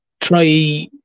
Try